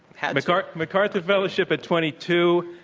macarthur macarthur fellowship at twenty two,